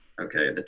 okay